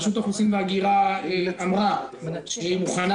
רשות האוכלוסין וההגירה אמרה שהיא מוכנה